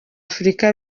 afurika